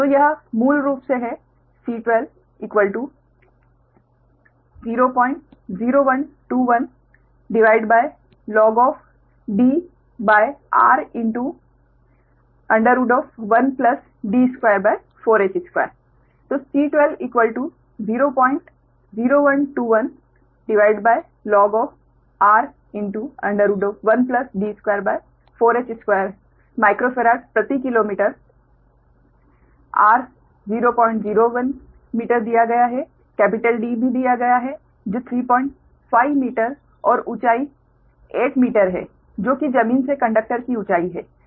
तो यह मूल रूप से है C1200121Dr1 D24h2 12 C12 00121 भागित लॉग Dr1 D24h2 12 माइक्रोफैराड प्रति किलोमीटर r 001 मीटर दिया गया है D भी दिया गया है जो 35 मीटर और ऊंचाई 8 मीटर है जो कि जमीन से कंडक्टर की ऊंचाई है यह दिया गया है